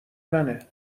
منه